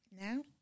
now